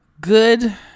Good